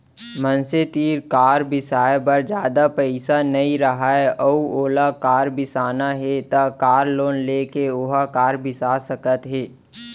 मनसे तीर कार बिसाए बर जादा पइसा नइ राहय अउ ओला कार बिसाना हे त कार लोन लेके ओहा कार बिसा सकत हे